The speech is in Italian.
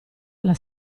alla